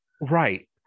Right